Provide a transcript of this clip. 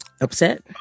upset